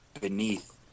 beneath